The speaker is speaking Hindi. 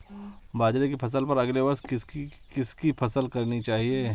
बाजरे की फसल पर अगले वर्ष किसकी फसल करनी चाहिए?